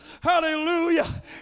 hallelujah